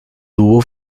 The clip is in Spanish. tuvo